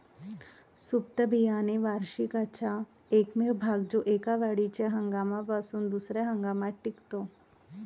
सुप्त बियाणे वार्षिकाचा एकमेव भाग जो एका वाढीच्या हंगामापासून दुसर्या हंगामात टिकतो